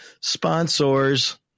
sponsors